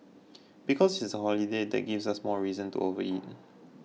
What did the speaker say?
because it's a holiday that gives us more reason to overeat